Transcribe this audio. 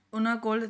ਉਹਨਾਂ ਕੋਲ